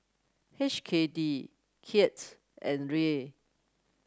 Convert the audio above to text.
H K D Kyat and Riel